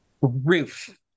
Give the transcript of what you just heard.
Roof